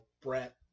Brett